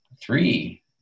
three